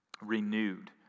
renewed